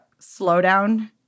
slowdown